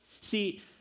See